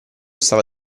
stava